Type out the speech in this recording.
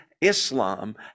Islam